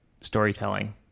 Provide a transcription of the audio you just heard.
storytelling